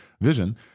Vision